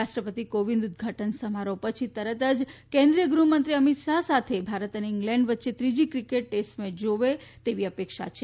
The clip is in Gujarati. રાષ્ટ્રપતિ કોવિંદ ઉદઘાટન સમારોહ પછી તરત જ કેન્દ્રીય ગૃહમંત્રી અમિત શાહ સાથે ભારત અને ઇંગ્લેન્ડ વય્યે ત્રીજી ક્રિકેટ ટેસ્ટ મેય જોશે તેવી અપેક્ષા છે